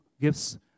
gifts